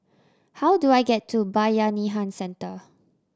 how do I get to Bayanihan Centre